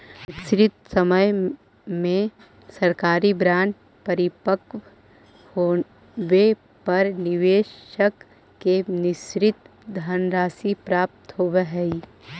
निश्चित समय में सरकारी बॉन्ड परिपक्व होवे पर निवेशक के निश्चित धनराशि प्राप्त होवऽ हइ